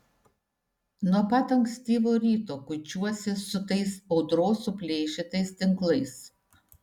nuo pat ankstyvo ryto kuičiuosi su tais audros suplėšytais tinklais